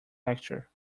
lecture